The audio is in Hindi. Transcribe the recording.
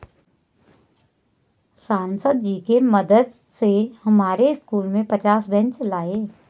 सांसद जी के मदद से हमारे स्कूल में पचास बेंच लाए